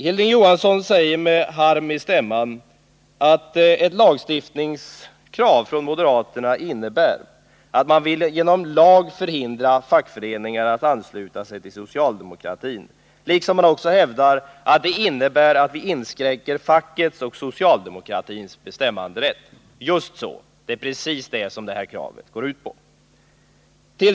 Hilding Johansson säger med harm i stämman att ett lagstiftningskrav från moderaterna innebär att man genom lag vill förhindra fackföreningar att ansluta sig till socialdemokratin, och han hävdar att det innebär att vi inskränker fackets och socialdemokratins bestämmanderätt. Just så. Det är precis det som kravet går ut på.